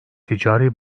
ticari